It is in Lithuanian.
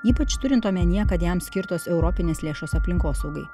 ypač turint omenyje kad jam skirtos europinės lėšos aplinkosaugai